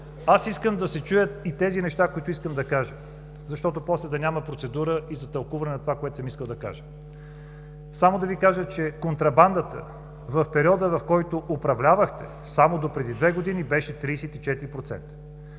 искам да се чуят и теза неща, които искам да кажа, за да няма после процедура и за тълкуване на това, което съм искал да кажа. Само да Ви кажа, че контрабандата в периода, в който управлявахте само допреди две години, беше 34%.